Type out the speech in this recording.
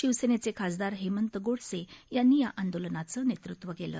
शिवसेनेचे खासदार हेमंत गोडसे यांनी या आंदोलनाचं नेतृत्व केलं